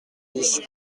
dix